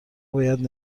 باید